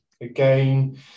Again